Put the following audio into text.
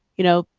you know?